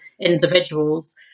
individuals